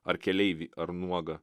ar keleivį ar nuogą